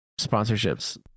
sponsorships